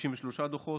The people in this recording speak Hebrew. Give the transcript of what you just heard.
853 דוחות.